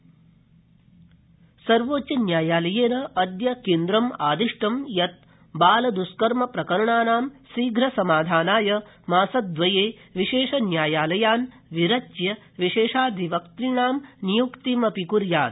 सर्वोच्चन्यायालय सर्वोच्च न्यायालय अद्य क्विमादिष्ट यत् बालद्ष्कर्म प्रकरणानां शीघ्र समाधानाय मासद्वय विशाह न्यायालयान् विरच्य विशाप्तधिवक्तृणां नियुक्ति कुर्यात्